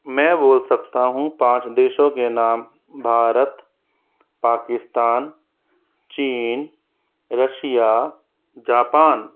मैं बोल सकता हूँ पाँच देशों के नाम भारत पाकिस्तान चीन रशिया जापान